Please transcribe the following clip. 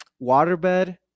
waterbed